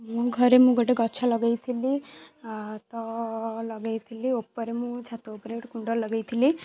ମୁଁ ଘରେ ମୁଁ ଗୋଟେ ଗଛ ଲଗାଇଥିଲି ତ ଲଗାଇଥିଲି ଉପରେ ମୁଁ ଛାତ ଉପରେ ଗୋଟେ କୁଣ୍ଡ ଲଗାଇଥିଲି